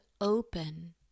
open